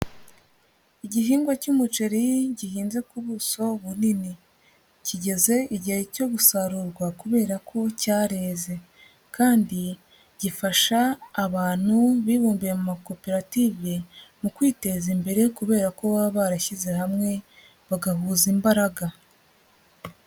Igihingwa cy'umuceri gihinze ku buso bunini, kigeze igihe cyo gusarurwa kubera ko cyareze kandi gifasha abantu bibumbiye mu makoperative mu kwiteza imbere kubera ko baba barashyize hamwe bagahuza imbaraga.